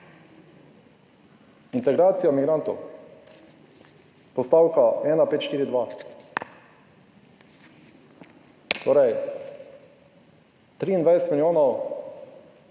integracija migrantov, postavka 1542, torej 23 milijonov